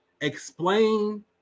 explain